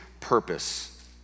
purpose